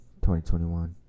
2021